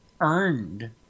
earned